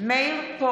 (קוראת בשמות חברי הכנסת) מאיר פרוש,